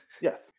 Yes